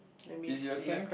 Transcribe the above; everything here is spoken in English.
let me see